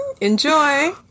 Enjoy